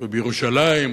ובירושלים,